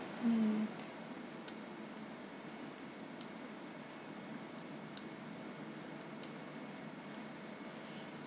mm